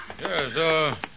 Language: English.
Yes